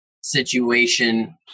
situation